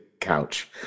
couch